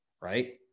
right